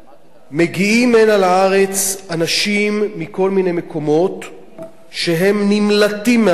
מגיעים הנה לארץ אנשים מכל מיני מקומות שהם נמלטים מהם,